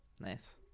nice